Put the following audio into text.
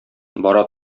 бара